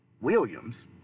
Williams